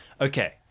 Okay